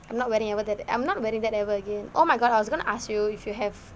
I'm not wearing it ever I'm not wearing that ever again oh my god I was going to ask you if you have